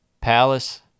Palace